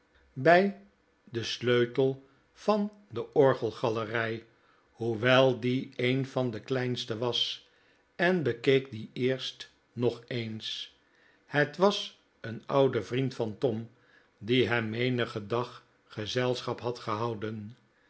bij den sleutel van de orgelgalerij hoewel die een van de kleinste was en bekeek dien eerst nog eens het was een oude vriend van tom die hem menigen dag gezelschap had gehouden